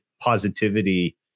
positivity